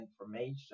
information